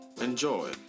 Enjoy